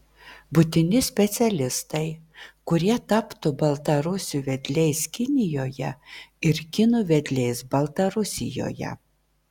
būtini specialistai kurie taptų baltarusių vedliais kinijoje ir kinų vedliais baltarusijoje